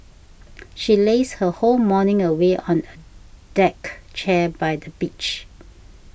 she lazed her whole morning away on a deck chair by the beach